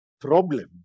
problem